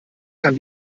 kann